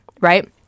right